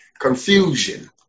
Confusion